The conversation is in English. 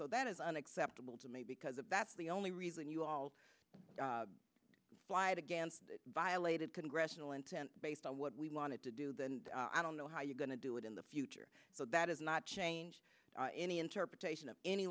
so that is unacceptable to me because that's the only reason you all fly against violated congressional intent based on what we wanted to do then i don't know how you're going to do it in the future but that is not change any interpretation of any